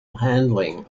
handling